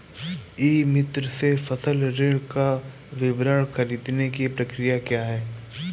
ई मित्र से फसल ऋण का विवरण ख़रीदने की प्रक्रिया क्या है?